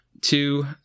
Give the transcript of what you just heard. two